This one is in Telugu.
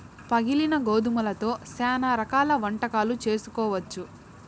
పగిలిన గోధుమలతో శ్యానా రకాల వంటకాలు చేసుకోవచ్చు